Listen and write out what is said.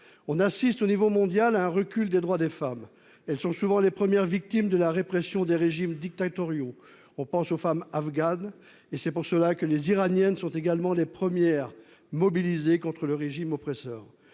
on assiste à un recul des droits des femmes. Elles sont souvent les premières victimes de la répression des régimes dictatoriaux- on pense aux femmes afghanes -et c'est pour cela que les Iraniennes sont également les premières mobilisées contre le régime oppresseur.